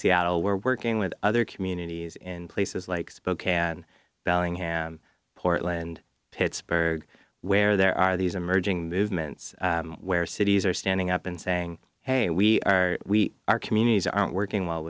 seattle we're working with other communities in places like spokane bellingham portland pittsburgh where there are these emerging movements where cities are standing up and saying hey we are we are communities aren't working w